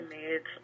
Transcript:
made